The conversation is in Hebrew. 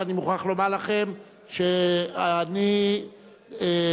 ואני מוכרח לומר לכם שאני מאוד